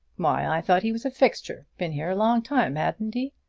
why, i thought he was a fixture! been here a long time, had'nt he?